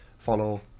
follow